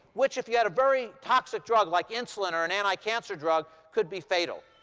which, if you had a very toxic drug, like insulin, or an anticancer drug, could be fatal.